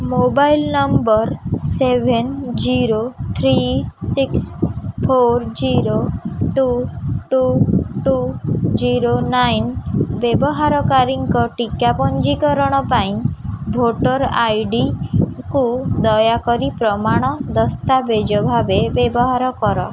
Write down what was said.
mobile number seven zero three six four zero two two two zero nine ବ୍ୟବହାରକାରୀଙ୍କ ଟିକା ପଞ୍ଜୀକରଣ ପାଇଁ voter ଆଇଡ଼ିକୁ ଦୟାକରି ପ୍ରମାଣ ଦସ୍ତାବିଜ ଭାବେ ବ୍ୟବହାର କର